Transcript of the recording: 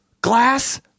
glass